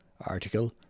Article